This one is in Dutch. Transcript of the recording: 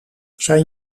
zijn